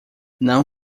não